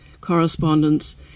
correspondence